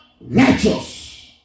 righteous